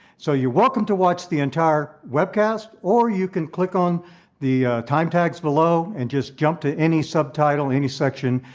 so you are welcome to watch the entire webcast or you can click on the time-tags below and just jump to any subtitle, any section,